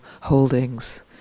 holdings